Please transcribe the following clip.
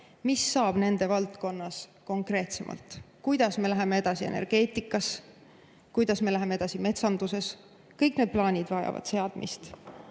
mis saab nende valdkonnas konkreetsemalt. Kuidas me läheme edasi energeetikas, kuidas me läheme edasi metsanduses? Kõik need plaanid vajavad seadmist